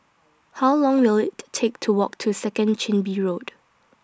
How Long Will IT Take to Walk to Second Chin Bee Road